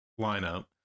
lineup